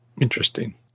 Interesting